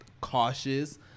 cautious